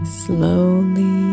slowly